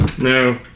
No